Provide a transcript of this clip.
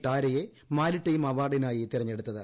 ടാരയെ maritime അവാർഡിനായി തെരഞ്ഞെടുത്തത്